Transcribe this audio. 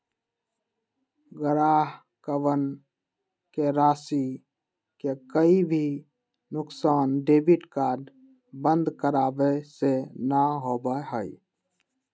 ग्राहकवन के राशि के कोई भी नुकसान डेबिट कार्ड बंद करावे से ना होबा हई